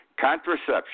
Contraception